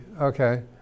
okay